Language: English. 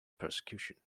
persecution